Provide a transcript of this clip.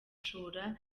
gushora